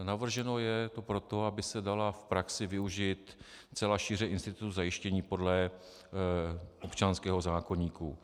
Navrženo je to proto, aby se dala v praxi využít celá šíře institutu zajištění podle občanského zákoníku.